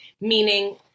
meaning